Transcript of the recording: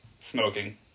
smoking